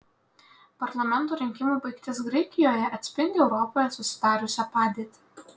parlamento rinkimų baigtis graikijoje atspindi europoje susidariusią padėtį